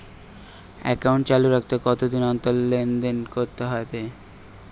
Account চালু রাখতে কতদিন অন্তর লেনদেন করতে হবে?